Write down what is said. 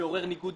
שמעורר ניגוד